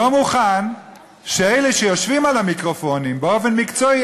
לא מוכן שאלה שיושבים על המיקרופונים באופן מקצועי,